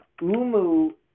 Umu